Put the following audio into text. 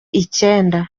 icyenda